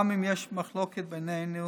גם אם יש מחלוקות בינינו